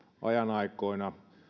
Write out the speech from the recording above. aikoina